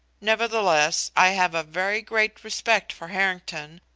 nevertheless, i have a very great respect for harrington,